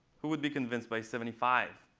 who would be convinced by seventy five?